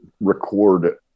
record